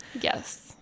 Yes